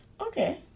Okay